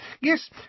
Yes